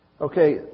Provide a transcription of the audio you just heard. Okay